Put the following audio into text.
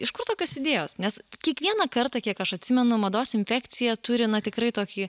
iš kur tokios idėjos nes kiekvieną kartą kiek aš atsimenu mados infekcija turi na tikrai tokį